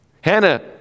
Hannah